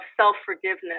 self-forgiveness